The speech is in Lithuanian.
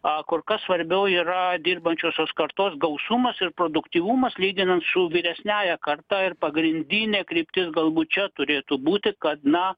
kur kas svarbiau yra dirbančiosios kartos gausumas ir produktyvumas lyginant su vyresniąja karta ir pagrindinė kryptis galbūt čia turėtų būti kad na